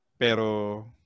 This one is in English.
Pero